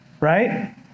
right